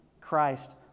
Christ